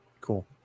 Cool